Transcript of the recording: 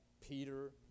Peter